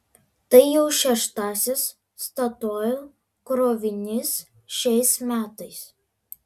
tai jau šeštasis statoil krovinys šiais metais